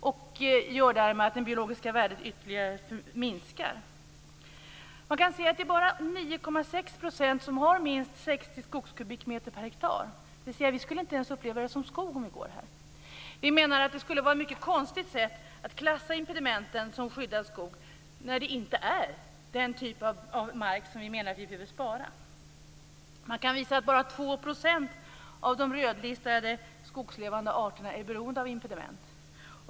Därmed gör de så att det biologiska värdet minskar ytterligare. Det är bara 9,6 % som har minst 60 skogskubikmeter per hektar. Vi skulle alltså inte ens uppleva det som skog om vi gick där. Vi menar att det skulle vara mycket konstigt att klassa impedimenten som skyddad skog när det inte handlar om den typ av mark som vi menar att vi behöver spara. Bara 2 % av de rödlistade skogslevande arterna är beroende av impediment.